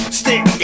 stick